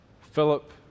Philip